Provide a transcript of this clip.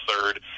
third